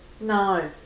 No